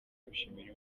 abishimira